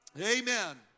Amen